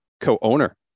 co-owner